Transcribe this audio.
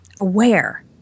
aware